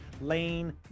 Lane